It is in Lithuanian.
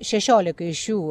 šešiolika iš jų